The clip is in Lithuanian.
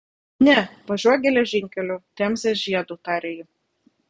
ne važiuok geležinkeliu temzės žiedu tarė ji